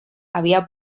havia